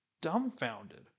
dumbfounded